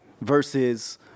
versus